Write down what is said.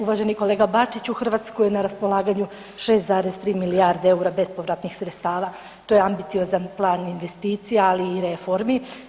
Uvaženi kolega Bačiću, Hrvatskoj je na raspolaganju 6,3 milijarde eura bespovratnih sredstava, to je ambiciozan plan investicija ali i reformi.